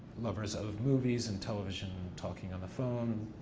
lovers of movies and television, talking on the phone,